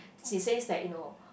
she says that you know